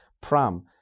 pram